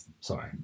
sorry